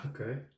Okay